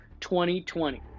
2020